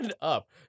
up